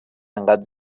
اینقدر